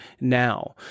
now